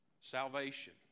salvation